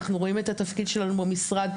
אנחנו רואים את התפקיד שלנו במשרד,